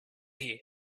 here